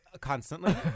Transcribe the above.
Constantly